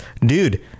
dude